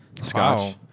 scotch